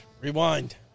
Rewind